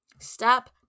Step